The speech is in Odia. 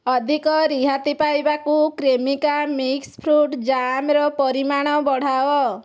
ଅଧିକ ରିହାତି ପାଇବାକୁ କ୍ରେମିକା ମିକ୍ସ୍ ଫ୍ରୁଟ୍ ଜାମ୍ର ପରିମାଣ ବଢ଼ାଅ